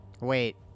Wait